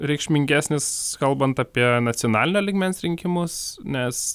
reikšmingesnis kalbant apie nacionalinio lygmens rinkimus nes